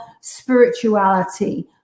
spirituality